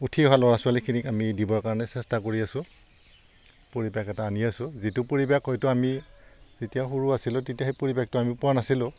উঠি অহা ল'ৰা ছোৱালীখিনিক আমি দিবৰ কাৰণে চেষ্টা কৰি আছোঁ পৰিৱেশ এটা আনি আছোঁ যিটো পৰিৱেশ হয়তো আমি যেতিয়া সৰু আছিলোঁ তেতিয়া সেই পৰিৱেশটো আমি পোৱা নাছিলোঁ